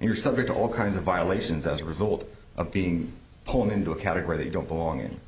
you're subject to all kinds of violations as a result of being hauled into a category they don't belong in